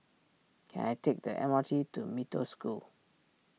can I take the M R T to Mee Toh School